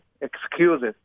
excuses